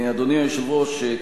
אדוני היושב-ראש,